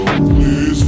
please